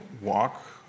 walk